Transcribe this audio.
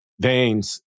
veins